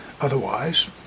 otherwise